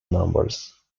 numbers